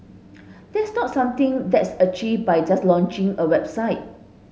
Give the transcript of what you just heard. that's not something that's achieved by just launching a website